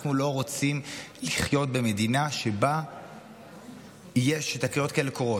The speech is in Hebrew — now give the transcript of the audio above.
אנחנו לא רוצים לחיות במדינה שבה תקריות כאלה קורות,